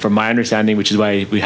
from my understanding which is why we